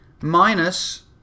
minus